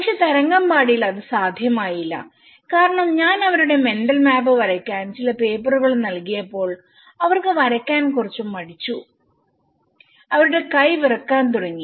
പക്ഷേ തരങ്കമ്പാടിയിൽ അത് സാധ്യമായില്ല കാരണം ഞാൻ അവരുടെ മെന്റൽ മാപ് വരയ്ക്കാൻ ചില പേപ്പറുകൾ നൽകിയപ്പോൾ അവർക് വരയ്ക്കാൻ കുറച്ച് മടിച്ചു അവരുടെ കൈ വിറക്കാൻ തുടങ്ങി